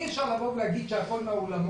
אי אפשר להגיד שהכול נעול.